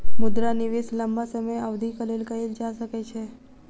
मुद्रा निवेश लम्बा समय अवधिक लेल कएल जा सकै छै